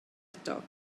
eto